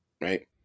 Right